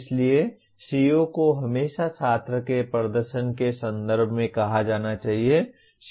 इसलिए CO को हमेशा छात्र के प्रदर्शन के संदर्भ में कहा जाना चाहिए